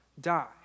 die